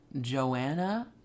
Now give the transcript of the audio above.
Joanna